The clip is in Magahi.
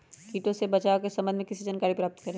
किटो से बचाव के सम्वन्ध में किसी जानकारी प्राप्त करें?